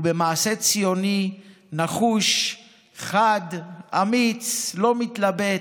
ובמעשה ציוני נחוש, חד, אמיץ, לא מתלבט,